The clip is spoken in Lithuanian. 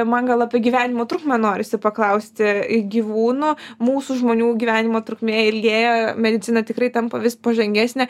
man gal apie gyvenimo trukmę norisi paklausti gyvūnų mūsų žmonių gyvenimo trukmė ilgėja medicina tikrai tampa vis pažangesnė